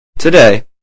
Today